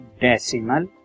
decimal